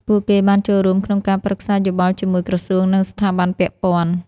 ពួកគេបានចូលរួមក្នុងការប្រឹក្សាយោបល់ជាមួយក្រសួង និងស្ថាប័នពាក់ព័ន្ធ។